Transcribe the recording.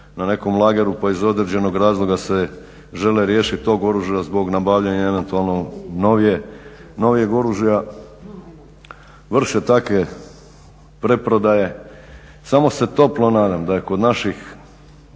na nekom lageru pa iz određenih razloga se žele riješiti tog oružja zbog nabavljanja eventualno novijeg oružja vrše takve preprodaje. Samo se toplo nadam da je kod naših